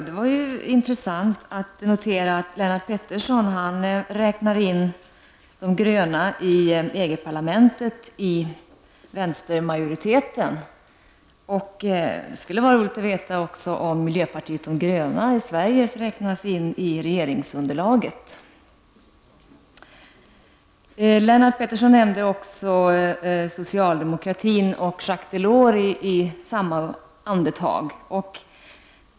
Herr talman! Det var intressant att notera att parlamentet i vänstermajoriteten. Det skulle vara roligt att veta om miljöpartiet de gröna i Sverige räknas in i regeringsunderlaget. Jacques Delors i samma andetag.